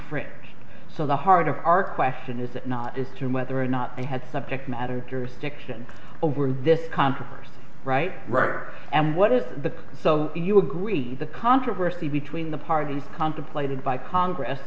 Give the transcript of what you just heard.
frick so the heart of our question is not as to whether or not they had subject matter jurisdiction over this controversy right right and what is the so you agree the controversy between the parties contemplated by congress